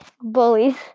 Bullies